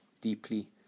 deeply